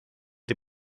die